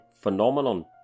phenomenon